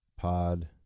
pod